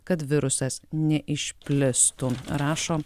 kad virusas neišplistų rašo